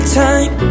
time